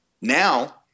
Now-